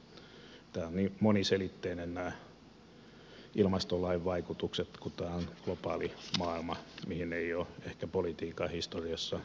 nämä ovat niin moniselitteisiä nämä ilmastolain vaikutukset kun tämä on globaali maailma mihin ei ole ehkä politiikan historiassa totuttu